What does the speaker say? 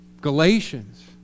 Galatians